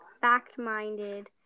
fact-minded